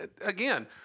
again